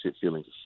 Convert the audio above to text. feelings